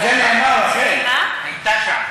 על זה נאמר, רחל, הייתה שעה.